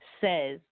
says